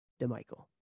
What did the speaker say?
DeMichael